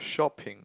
shopping